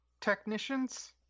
technicians